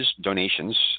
donations